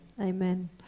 amen